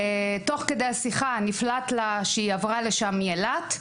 תוך כדי השיחה, נפלט לה שהיא עברה לשם מאילת.